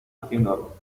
haciendo